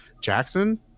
Jackson